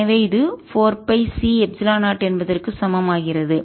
எனவே இது 4 pi C epsilon 0 என்பதற்கு சமம் ஆகிறது